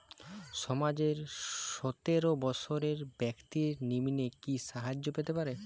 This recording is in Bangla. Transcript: সমাজের সতেরো বৎসরের ব্যাক্তির নিম্নে কি সাহায্য পেতে পারে?